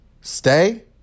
Stay